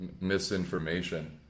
misinformation